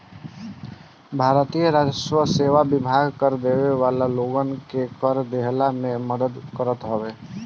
भारतीय राजस्व सेवा विभाग कर देवे वाला लोगन के कर देहला में मदद करत हवे